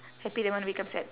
happy then wanna become sad